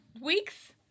weeks